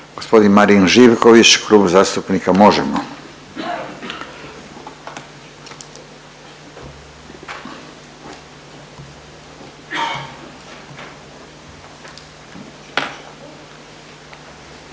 i vama. Marin Živković, Klub zastupnika Možemo!.